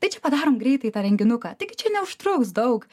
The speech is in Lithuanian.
tai čia padarom greitai tą renginuką taigi čia neužtruks daug